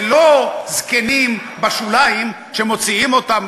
זה לא זקנים בשוליים שמוציאים אותם,